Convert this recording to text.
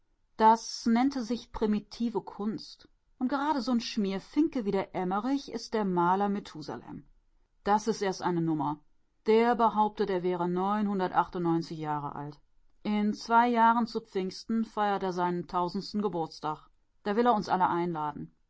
das nennte sich primitive kunst und gerade so n schmierfinke wie der emmerich is der maler methusalem das is erst eine nummer der behauptet der jahre alt in zwei jahren zu pfingsten feiert a seinen tausendsten geburtstag da will er uns alle einladen